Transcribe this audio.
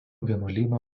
vienuolyno